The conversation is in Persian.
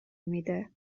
میده